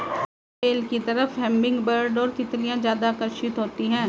सरू बेल की तरफ हमिंगबर्ड और तितलियां ज्यादा आकर्षित होती हैं